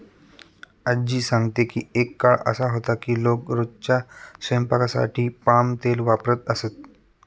आज्जी सांगते की एक काळ असा होता की लोक रोजच्या स्वयंपाकासाठी पाम तेल वापरत असत